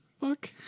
fuck